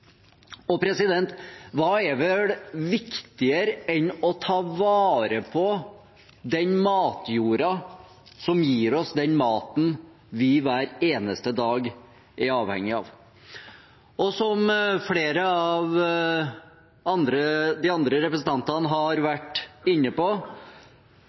Hva er vel viktigere enn å ta vare på den matjorda som gir oss den maten vi hver eneste dag er avhengig av? Som flere av de andre representantene har vært inne på,